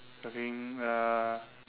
looking uh